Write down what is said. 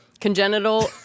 congenital